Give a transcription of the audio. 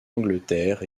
angleterre